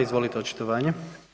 Izvolite očitovanje.